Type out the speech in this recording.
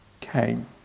came